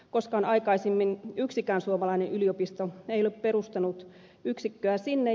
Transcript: koskaan aikaisemmin yksikään suomalainen yliopisto ei ole perustanut yksikköä sinne